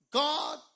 god